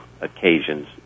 occasions